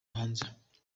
hanze